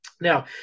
Now